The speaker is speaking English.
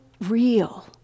real